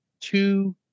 two